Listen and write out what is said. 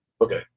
Okay